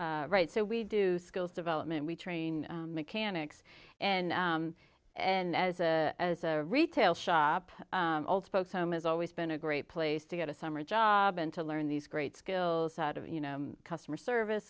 right so we do skills development we train mechanics and and as a as a retail shop old folks home has always been a great place to get a summer job and to learn these great skills out of you know customer service